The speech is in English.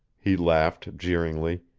he laughed, jeeringly.